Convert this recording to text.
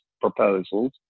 proposals